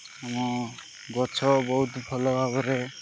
ଆମ ଗଛ ବହୁତ ଭଲ ଭାବରେ